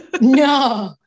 no